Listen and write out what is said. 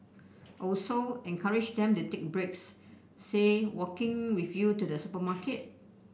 also encourage them to take breaks say walking with you to the supermarket